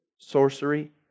sorcery